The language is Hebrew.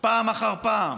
פעם אחר פעם